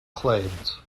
clades